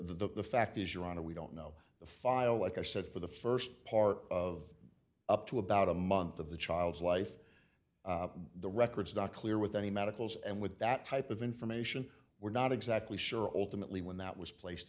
the fact is your honor we don't know the file like i said for the st part of up to about a month of the child's life the records doc clear with any medicals and with that type of information we're not exactly sure alternately when that was placed